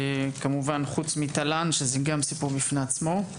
כמובן, חוץ מתל"ן, שזה גם סיפור בפני עצמו.